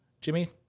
Jimmy